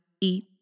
eat